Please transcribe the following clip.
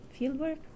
fieldwork